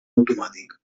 automàtic